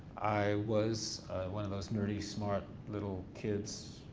i was one of those nerdy, smart, little kids.